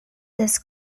this